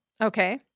okay